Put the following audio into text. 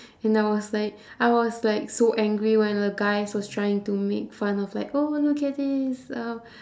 and I was like I was like so angry when the guys was trying to make fun of like oh look at this uh